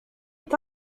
est